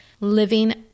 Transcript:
living